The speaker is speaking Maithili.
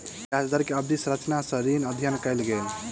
ब्याज दर के अवधि संरचना सॅ ऋण के अध्ययन कयल गेल